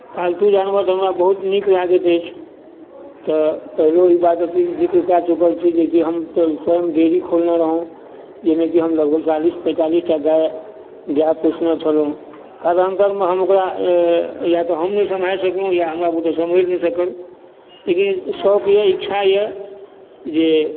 पालतू जानवर तऽ हमरा बहुत नीक लगैत अछि तऽ पहिलो ई बातके जिक्र कए चुकल छी जेकि हम तऽ स्वयं डेरी खोलने रहहुँ जाहिमे कि हम लगभग चालीस पैंतालिस टा गाए गाए पोसने छलहुँ कालान्तरमे हम ओकरा या तऽ हम नहि सम्हारि सकलहुँ या हमरा बुते सम्हरि नहि सकल लेकिन शौक यए इच्छा यए जे